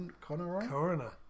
Coroner